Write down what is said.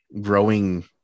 growing